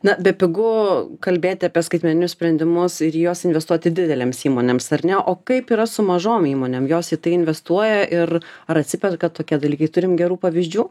na bepigu kalbėti apie skaitmeninius sprendimus ir į juos investuoti didelėms įmonėms ar ne o kaip yra su mažom įmonėm jos į tai investuoja ir ar atsiperka tokie dalykai turim gerų pavyzdžių